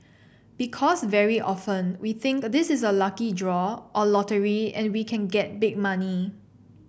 because very often we think this is a lucky draw or lottery and we can get big money